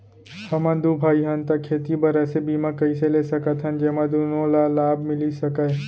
हमन दू भाई हन ता खेती बर ऐसे बीमा कइसे ले सकत हन जेमा दूनो ला लाभ मिलिस सकए?